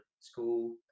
school